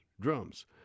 drums